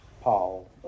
Paul